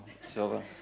Silva